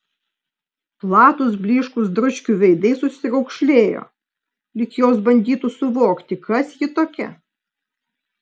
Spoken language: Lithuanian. platūs blyškūs dručkių veidai susiraukšlėjo lyg jos bandytų suvokti kas ji tokia